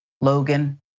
Logan